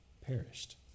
perished